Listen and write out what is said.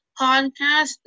Podcast